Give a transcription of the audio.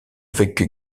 avec